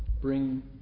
bring